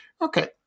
Okay